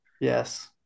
Yes